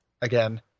again